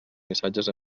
missatges